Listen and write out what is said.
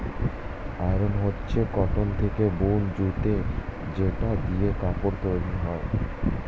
yarn হচ্ছে cotton থেকে বুন সুতো যেটা দিয়ে কাপড় তৈরী হয়